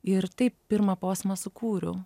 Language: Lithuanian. ir taip pirmą posmą sukūriau